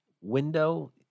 window